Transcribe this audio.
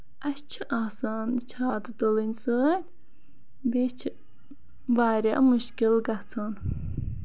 اَسہِ چھِ آسان چھاتہٕ تُلٕنۍ سۭتۍ بیٚیہِ چھِ واریاہ مُشکِل گژھان